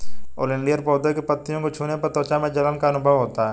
oleander पौधे की पत्तियों को छूने पर त्वचा में जलन का अनुभव होता है